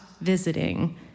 visiting